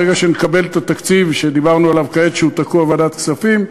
ברגע שנקבל את התקציב שדיברנו עליו כעת שהוא תקוע בוועדת כספים,